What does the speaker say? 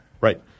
Right